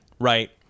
right